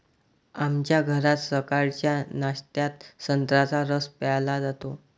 आमच्या घरात सकाळच्या नाश्त्यात संत्र्याचा रस प्यायला जातो